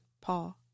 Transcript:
Paul